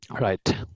right